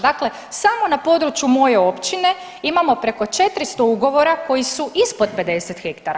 Dakle, samo na području moje općine imamo preko 400 ugovora koji su ispod 50 hektara.